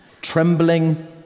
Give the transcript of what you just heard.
Trembling